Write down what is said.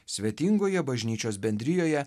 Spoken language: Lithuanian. svetingoje bažnyčios bendrijoje